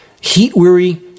Heat-weary